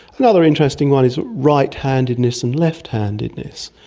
another interesting one is right-handedness and left-handedness.